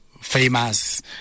famous